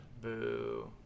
Boo